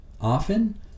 Often